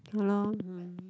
ha lor hmm